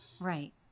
Right